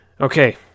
Okay